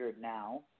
now